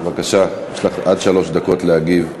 בבקשה, יש לך עד שלוש דקות להגיב.